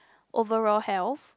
overall health